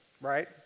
right